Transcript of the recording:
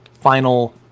final